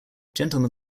gentleman